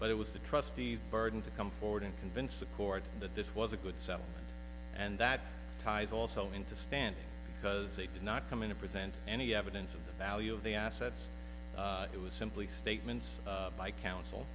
but it was the trustee burden to come forward and convince the court that this was a good seven and that ties also into stand because they did not come in a present any evidence of the value of the assets it was simply statements by counsel